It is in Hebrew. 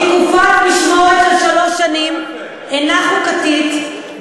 כי תקופת משמורת של שלוש שנים אינה חוקתית,